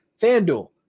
FanDuel